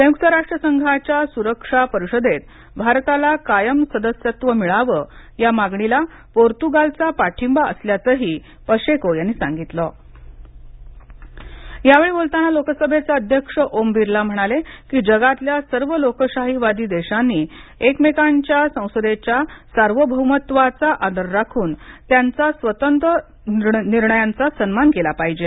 संयुक्त राष्ट्र संघाच्या सुरक्षा परिषदेत भारताला कायम सदस्यत्व मिळावं या मागणीला पोर्तुगालचा पाठींबा असल्याचही पशेको यांनी सांगितल यावेळी बोलताना लोकसभेचे अध्यक्ष ओम बिर्ला म्हणाले की जगातल्या सर्व लोकशाहीवादी देशांनी एकमेकांच्या संसदेच्या सार्वभौमत्वाचा आदर राखून त्यांचा स्वतंत्र निर्णयांचा सन्मान राखला पाहिजे